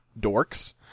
dorks